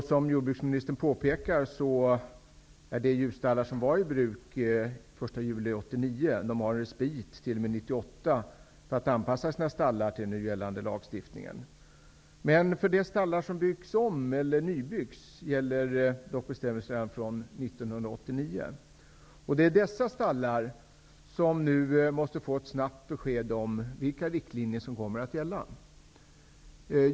Som jordbruksministern påpekar har de djurstallar som var i bruk den 1 juli 1989 en respit t.o.m. 1998 för anpassning till nu gällande lagstiftning. För de nya stallar som byggs eller de stallar som byggs om gäller dock bestämmelserna från 1989. När det gäller dessa stallar måste det nu komma ett snabbt besked om vilka riktlinjer som kommer att gälla.